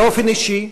באופן אישי,